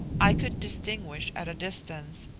i could distinguish at a distance,